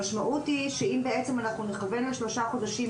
המשמעות היא שאם נכוון על שלושה חודשים,